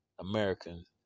Americans